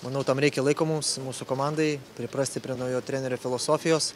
manau tam reikia laiko mums mūsų komandai priprasti prie naujojo trenerio filosofijos